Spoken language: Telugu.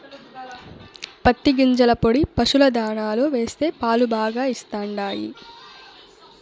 పత్తి గింజల పొడి పశుల దాణాలో వేస్తే పాలు బాగా ఇస్తండాయి